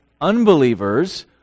unbelievers